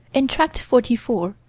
in tract forty four,